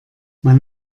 man